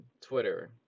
twitter